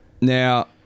Now